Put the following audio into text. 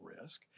risk